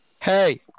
Hey